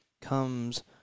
comes